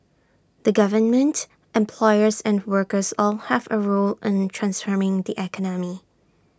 the government employers and workers all have A role in transforming the economy